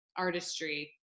artistry